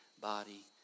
body